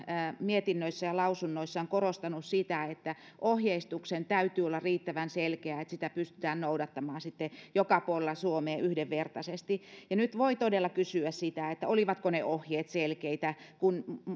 mietinnöissään ja lausunnoissaan korostanut sitä että ohjeistuksen täytyy olla riittävän selkeää jotta sitä pystytään noudattamaan joka puolella suomea yhdenvertaisesti ja nyt voi todella kysyä olivatko ne ohjeet selkeitä kun